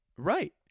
Right